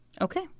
Okay